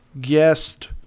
guest